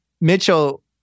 Mitchell